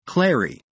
Clary